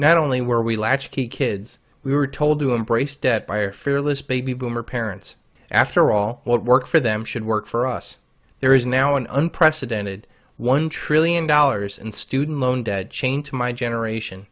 not only were we latch key kids we were told to embrace debt by our fearless baby boomer parents after all what worked for them should work for us there is now an unprecedented one trillion dollars in student loan debt chained to my generation